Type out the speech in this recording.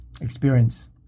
experience